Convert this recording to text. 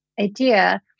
idea